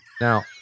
now